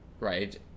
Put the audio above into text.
Right